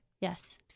Yes